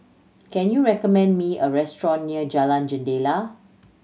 can you recommend me a restaurant near Jalan Jendela